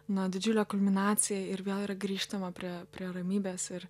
na didžiulė kulminacija ir vėl yra grįžtama prie prie ramybės ir